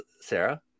Sarah